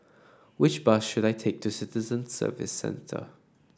which bus should I take to Citizen Services Centre